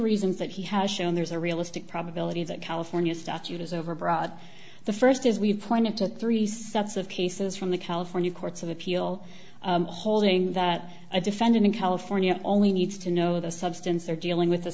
reasons that he has shown there's a realistic probability that california statute is overbroad the first as we've pointed to three sets of cases from the california courts of appeal holding that a defendant in california only needs to know the substance they're dealing with